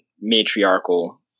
matriarchal